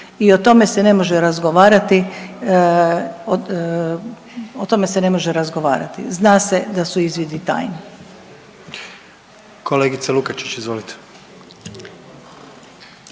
o tome se ne može razgovarati. Zna se da su izvidi tajni. **Jandroković, Gordan